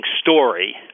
story